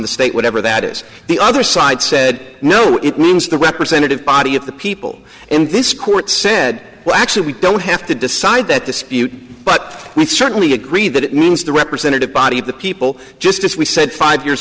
the state whatever that is the other side said no it was the representative body of the people and this court said well actually we don't have to decide that dispute but we certainly agree that it means the representative body of the people just as we said five years